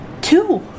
two